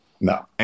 No